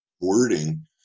wording